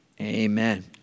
Amen